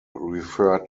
referred